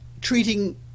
treating